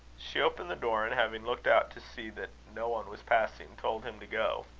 she opened the door, and having looked out to see that no one was passing, told him to go.